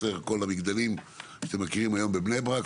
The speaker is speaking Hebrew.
בסר וכל המגדלים שאתם מכירים היום בבני-ברק,